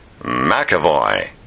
McAvoy